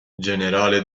generale